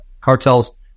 cartels